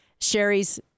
Sherry's